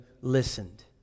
listened